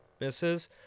misses